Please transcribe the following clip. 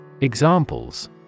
Examples